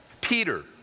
Peter